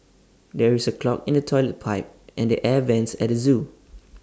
there is A clog in the Toilet Pipe and the air Vents at the Zoo